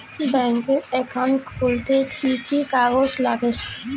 Bank account খুলতে কি কি কাগজ লাগে?